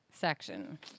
section